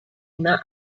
una